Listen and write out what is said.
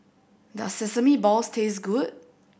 does sesame balls taste good